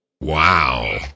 Wow